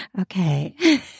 Okay